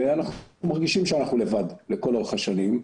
ואנחנו מרגישים שאנחנו לבד לכל אורך השנים.